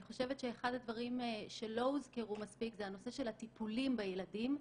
אני חושבת שאחד הדברים שלא הוזכרו מספיק זה הנושא של הטיפולים בילדים.